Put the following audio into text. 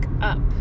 up